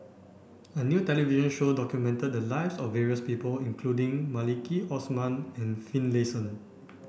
a new television show documented the lives of various people including Maliki Osman and Finlayson